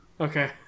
Okay